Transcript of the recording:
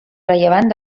rellevant